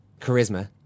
charisma